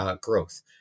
growth